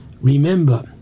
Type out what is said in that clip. remember